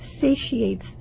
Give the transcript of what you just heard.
satiates